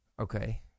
Okay